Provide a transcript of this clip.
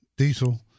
Diesel